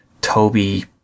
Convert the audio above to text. Toby